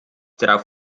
darauf